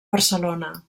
barcelona